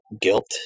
guilt